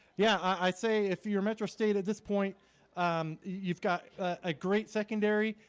yeah i say if you're metro state at this point you've got a great secondary.